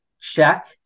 check